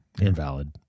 invalid